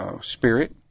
spirit